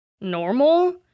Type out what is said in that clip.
Normal